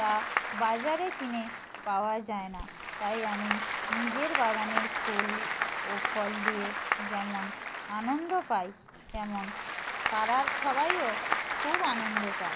তা বাজারে কিনে পাওয়া যায় না তাই আমি নিজের বাগানের ফুল ও ফল দিয়ে যেমন আনন্দ পাই তেমন পাড়ার সবাইও খুব আনন্দ পায়